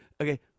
Okay